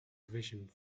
revision